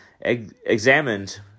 examined